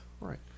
Right